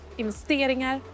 investeringar